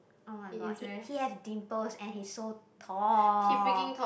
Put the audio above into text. oh-my-god he he has dimples and he is so tall